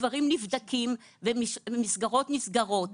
הדברים נבדקים ומסגרות נסגרות.